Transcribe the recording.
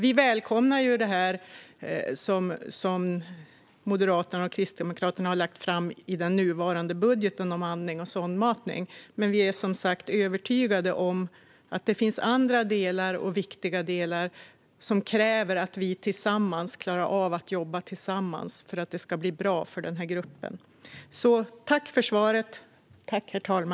Vi välkomnar det som Moderaterna och Kristdemokraterna har lagt fram i den nuvarande budgeten om andning och sondmatning, men vi är som sagt övertygade om att det finns andra delar - viktiga delar - som kräver att vi klarar av att jobba tillsammans för att det ska bli bra för den här gruppen. Jag tackar alltså för svaret.